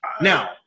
Now